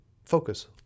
focus